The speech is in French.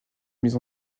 mise